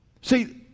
See